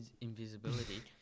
invisibility